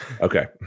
okay